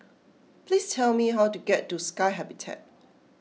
please tell me how to get to Sky Habitat